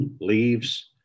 leaves